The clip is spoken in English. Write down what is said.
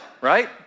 right